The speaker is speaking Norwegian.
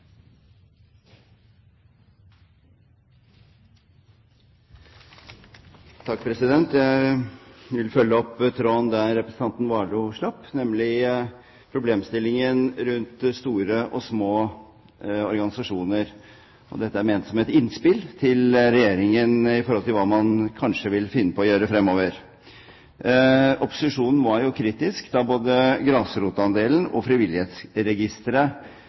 slapp, nemlig problemstillingen rundt store og små organisasjoner. Dette er ment som et innspill til Regjeringen med hensyn til hva man kanskje vil finne på å gjøre fremover. Opposisjonen var jo kritisk både da saken om grasrotandelen og saken om Frivillighetsregisteret